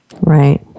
Right